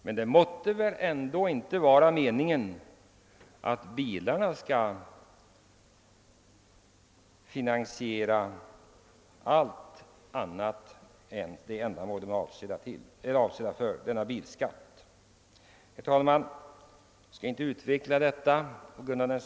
Men det måtte väl ändå inte vara meningen att bilskattemedlen skall finansiera andra ändamål än just det som de är avsedda för. Herr talman! Jag skall på grund av den sena timmen inte vidare utveckla detta tema.